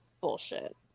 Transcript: bullshit